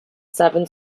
seven